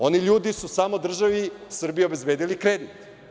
Oni ljudi su samo državi Srbiji obezbedili kredit.